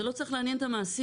זה לא צריך לעניין את המעסיק.